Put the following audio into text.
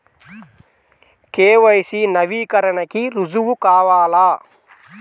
KYC నవీకరణకి రుజువు కావాలా?